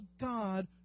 God